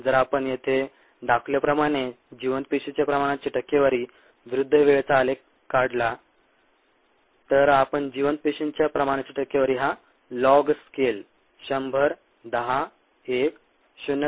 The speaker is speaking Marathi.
जर आपण येथे दाखवल्याप्रमाणे जिवंत पेशीच्या प्रमाणाची टक्केवारी विरूद्ध वेळेचा आलेख काढला तर आपण जिवंत पेशींच्या प्रमाणाची टक्केवारी हा लॉग स्केल 100 10 1 0